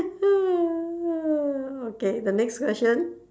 okay the next question